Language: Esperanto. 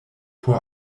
por